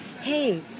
hey